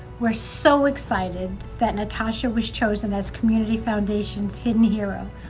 we're so excited that natasha was chosen as community foundation's hidden hero.